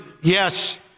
Yes